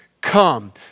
come